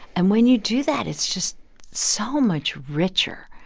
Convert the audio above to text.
and when you do that, it's just so much richer.